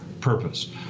purpose